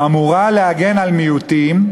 שאמורה להגן על מיעוטים,